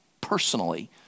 personally